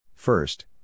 First